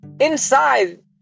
inside